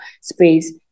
space